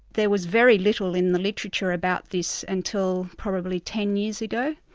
there was very little in the literature about this until probably ten years ago,